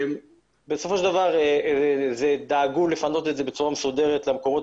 בסופו של דבר דאגו לפנות את זה בצורה מסודרת למקומות